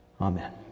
Amen